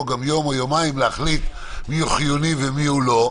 יום או יומיים להחליט מיהו חיוני ומיהו לא,